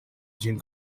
ĝin